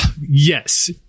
yes